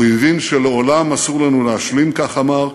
הוא הבין שלעולם אסור לנו להשלים, כך אמר,